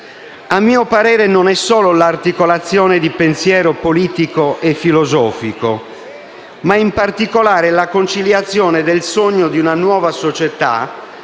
A mio parere, non è solo l'articolazione di pensiero politico e filosofico, ma è, in particolare, la conciliazione del sogno di una nuova società,